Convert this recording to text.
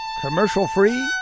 Commercial-free